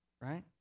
right